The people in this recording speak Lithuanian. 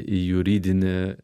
į juridinę